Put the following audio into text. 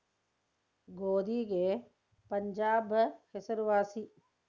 ಗೋಧಿಗೆ ಪಂಜಾಬ್ ಹೆಸರು ವಾಸಿ